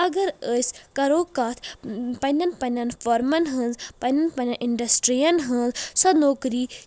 اگر أسۍ کرو کتھ پننٮ۪ن پننٮ۪ن فارمن ہٕنٛز پننٮ۪ن پننٮ۪ن انڈسٹری ین ہٕنٛز سۄ نوکٔری